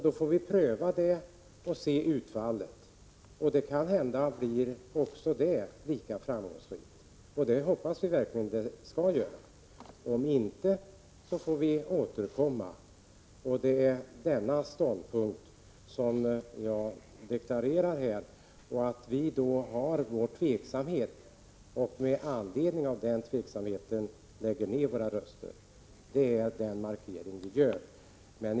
Vi får pröva detta och se hur det utfaller. Det kan hända att också det blir lika framgångsrikt, det hoppas vi verkligen. Om inte, så får vi återkomma. Det är den ståndpunkt jag deklarerar. Vi är tveksamma, och det är med anledning av denna tveksamhet vi lägger ned våra röster. Det är en markering vi gör.